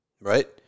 right